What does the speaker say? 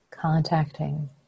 Contacting